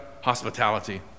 hospitality